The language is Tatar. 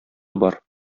бар